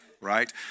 right